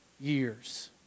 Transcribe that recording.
years